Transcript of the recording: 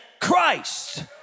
christ